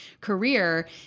career